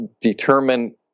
determine